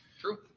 true